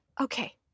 okay